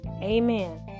Amen